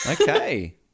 Okay